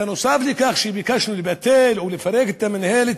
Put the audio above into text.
נוסף על כך שביקשנו לבטל או לפרק את המינהלת,